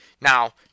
Now